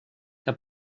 que